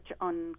on